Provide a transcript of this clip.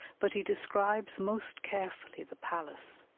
but he describes most carefully the palace,